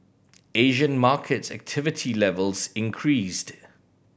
Asian markets activity levels increased